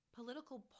Political